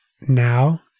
now